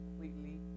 completely